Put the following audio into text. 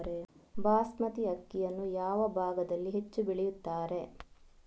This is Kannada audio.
ಬಾಸ್ಮತಿ ಅಕ್ಕಿಯನ್ನು ಯಾವ ಭಾಗದಲ್ಲಿ ಹೆಚ್ಚು ಬೆಳೆಯುತ್ತಾರೆ?